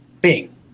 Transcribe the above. Bing